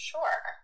Sure